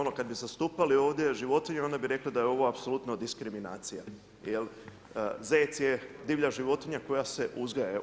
Ono kad bi zastupali ovdje životinje, onda bi rekli da je ovo apsolutno diskriminacija jer zec je divlja životinja koja se uzgaja.